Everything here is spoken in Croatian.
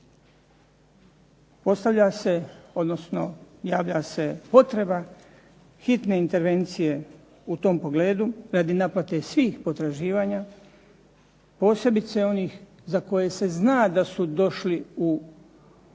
Postavlja se, odnosno javlja se potreba hitne intervencije u tom pogledu radi naplate svih potraživanja posebice onih za koje se zna da su došli u ogromne